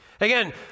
Again